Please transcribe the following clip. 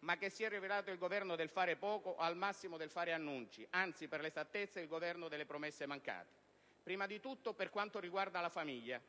ma che si è rivelato il Governo del fare poco o, al massimo, del fare annunci; anzi, per l'esattezza, il Governo delle promesse mancate, prima di tutto per quanto riguarda la famiglia: